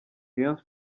rayon